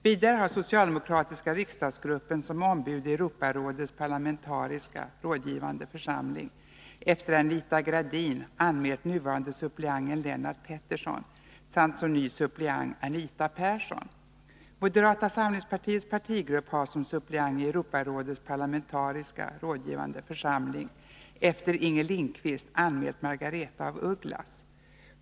Vidare har socialdemokratiska riksdagsgruppen som ombud i Europarådets parlamentariska församling efter Anita Gradin anmält nuvarande suppleanten Lennart Pettersson samt som ny suppleant Anita Persson. Moderata samlingspartiets partigrupp har som suppleant i Europarådets parlamentariska församling efter Inger Lindquist anmält Margaretha af Ugglas.